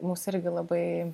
mūsų irgi labai